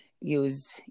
use